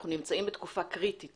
אנחנו נמצאים בתקופה קריטית